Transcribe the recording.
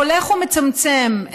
הולך ומצמצם,